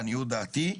לעניות דעתי,